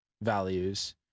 values